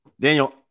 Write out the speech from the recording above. Daniel